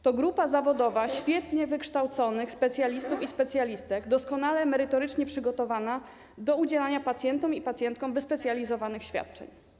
To grupa zawodowa świetnie wykształconych specjalistów i specjalistek, doskonale merytorycznie przygotowana do udzielania pacjentom i pacjentkom wyspecjalizowanych świadczeń.